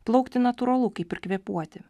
plaukti natūralu kaip ir kvėpuoti